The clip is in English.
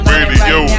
Radio